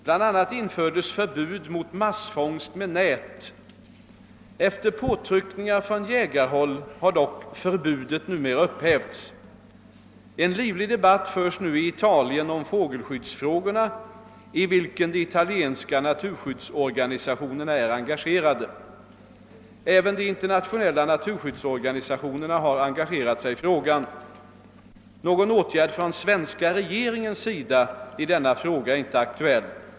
BL a. infördes förbud mot massfångst med nät. Efter påtryckningar från jägarhåll har dock förbudet numera upphävts. En livlig debatt förs nu i Italien om fågelskyddsfrågorna, i vilken de italienska naturskyddsorganisationerna är engagerade. Även de internationella naturskyddsorganisationerna har engagerat sig i frågan. Någon åtgärd från svenska regeringens sida i denna fråga är inte aktuell.